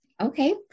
Okay